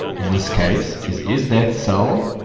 in this case, is is that cell